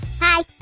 Hi